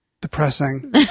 depressing